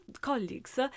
colleagues